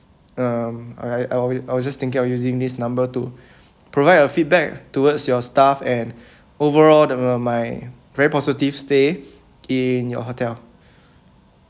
um I I was I was just thinking of using this number to provide a feedback towards your staff and overall the my very positive stay in your hotel